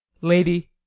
lady